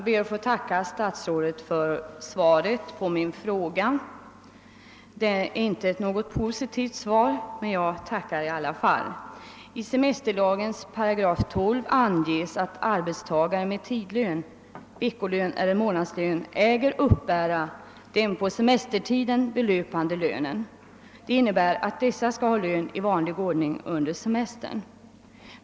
Herr talman! Trots att svaret på min fråga inte är positivt ber jag ändå att få tacka för detsamma. I semesterlagens 12 § anges att arbetstagare som är avlönad med tidlön — veckolön eller månadslön — äger uppbära den på semestertiden belöpande lönen. Det innebär att de skall ha lön i vanlig ordning under semestern.